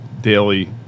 daily